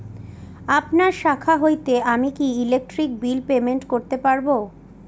আপনার শাখা হইতে আমি কি ইলেকট্রিক বিল পেমেন্ট করতে পারব?